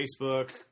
Facebook